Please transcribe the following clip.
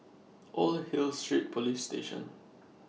Old Hill Street Police Station